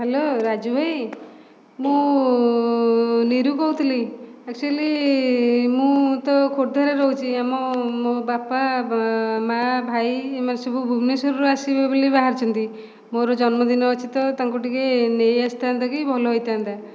hello Raju ଭାଇ ମୁଁ ନିରୁ କହୁଥିଲି ଏକଚୋଲୀ ମୁଁ ତ ଖୋର୍ଦ୍ଧାରେ ରହୁଛି ମୁଁ ମୋ ବାପା ମା ଭାଇ ଏମାନେ ସବୁ ଭୁବନେଶ୍ୱର ଆସିବେ ବୋଲି ବାହାରିଛନ୍ତି ମୋର ଜନ୍ମଦିନ ଅଛି ତ ତାଙ୍କୁ ଟିକେ ନେଇ ଆସିଥାନ୍ତେ କି ଭଲ ହୋଇଥାନ୍ତା